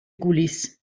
gullys